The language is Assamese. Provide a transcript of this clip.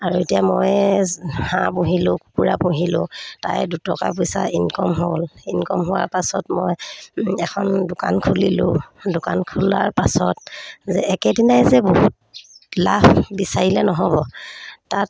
আৰু এতিয়া মই হাঁহ পুহিলোঁ কুকুৰা পুহিলোঁ তাৰে দুটকা পইচা ইনকম হ'ল ইনকম হোৱাৰ পাছত মই এখন দোকান খুলিলোঁ দোকান খোলাৰ পাছত যে একেদিনাই যে বহুত লাভ বিচাৰিলে নহ'ব তাত